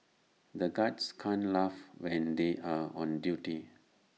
the guards can't laugh when they are on duty